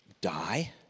die